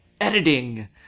editing